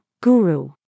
Guru